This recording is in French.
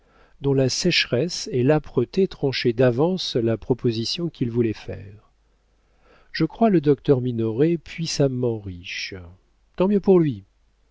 dont la sécheresse et l'âpreté tranchaient d'avance la proposition qu'il voulait faire je crois le docteur minoret puissamment riche tant mieux pour lui